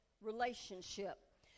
relationship